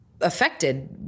affected